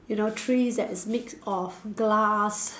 you know trees that is made of glass